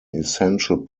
essential